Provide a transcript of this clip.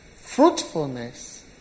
fruitfulness